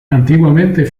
antiguamente